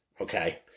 Okay